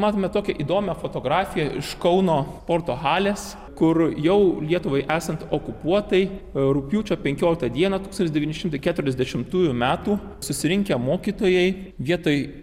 matome tokią įdomią fotografiją iš kauno sporto halės kur jau lietuvai esant okupuotai rugpjūčio penkioliktą dieną tūkstantis devyni šimtai keturiasdešimtųjų metų susirinkę mokytojai vietoj